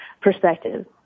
perspective